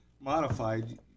modified